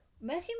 Matthew